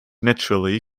naturally